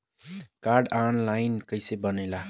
Card online कइसे बनेला?